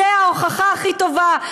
זו ההוכחה הכי טובה.